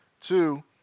Two